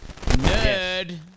nerd